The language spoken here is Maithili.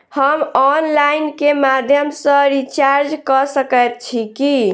हम ऑनलाइन केँ माध्यम सँ रिचार्ज कऽ सकैत छी की?